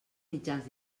mitjans